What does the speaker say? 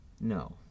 No